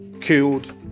killed